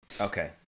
Okay